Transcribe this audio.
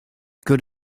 could